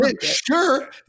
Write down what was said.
Sure